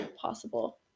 possible